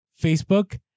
Facebook